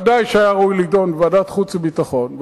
ודאי שהיה ראוי להידון בוועדת החוץ והביטחון,